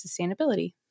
sustainability